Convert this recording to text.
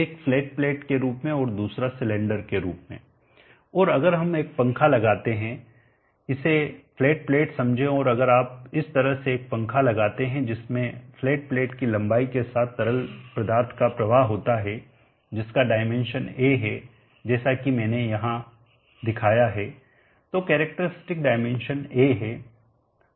एक flat plate के रूप में और दूसरा सिलेंडर के रूप में और अगर हम एक पंखा लगाते हैं इसे फ्लैट प्लेट समझें और अगर आप इस तरह से एक पंखा लगाते हैं जिसमें फ्लैट प्लेट की लंबाई के साथ तरल पदार्थ का प्रवाह होता है जिसका डाइमेंशन a है जैसा कि मैंने यह दिखाया है तो कैरेक्टरस्टिक डायमेंशन a है